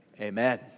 amen